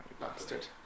bastard